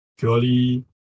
purely